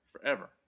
forever